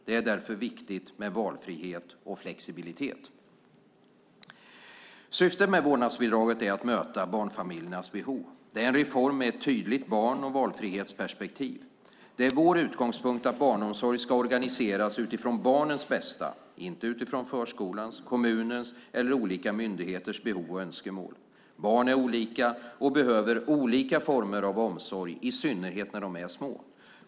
Därför är det viktigt med valfrihet och flexibilitet. Syftet med vårdnadsbidraget är att möta barnfamiljernas behov. Det är en reform med ett tydligt barn och valfrihetsperspektiv. Det är vår utgångspunkt att barnomsorg ska organiseras utifrån barnets bästa - inte utifrån förskolans, kommunens eller olika myndigheters behov och önskemål. Barn är olika och behöver olika former av omsorg, i synnerhet när de är små.